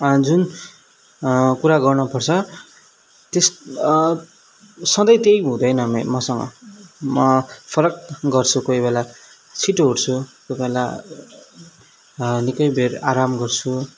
जुन कुरा गर्नुपर्छ त्यस सधैँ त्यही हुँदैन म मसँग म फरक गर्छु कोही बेाला छिटो उठ्छु कोही बेला निकैबेर आराम गर्छु